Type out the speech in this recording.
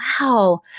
wow